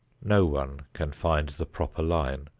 no one can find the proper line,